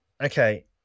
okay